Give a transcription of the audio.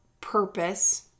purpose